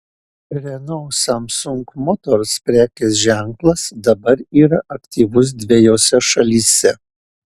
renault samsung motors prekės ženklas dabar yra aktyvus dvejose šalyse